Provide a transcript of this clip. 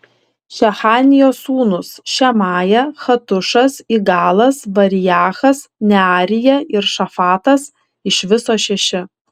šechanijos sūnūs šemaja hatušas igalas bariachas nearija ir šafatas iš viso šeši